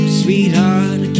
sweetheart